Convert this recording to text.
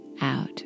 out